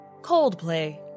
Coldplay